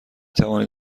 توانید